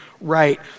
right